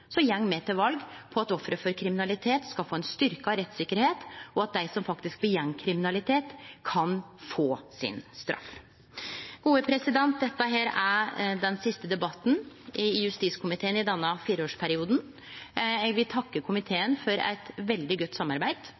me til val på at offer for kriminalitet skal få ein styrkt rettstryggleik, og at dei som utfører kriminalitet, kan få straffa si. Dette er den siste debatten i justiskomiteen i denne fireårsperioden. Eg vil takke komiteen for eit veldig godt samarbeid,